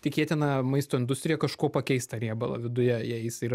tikėtina maisto industrija kažkuo pakeis tą riebalą viduje jei jis yra